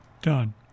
done